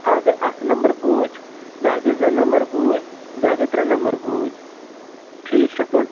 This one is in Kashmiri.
اَکھ گٔے اَکھ نَمبر گوٗج بیٛاکھ گٔے زٕ نَمبر گوٗج بیٛاکھ گٔے ترٛےٚ نَمبر گوٗج ٹھیٖک چھِ سا